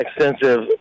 extensive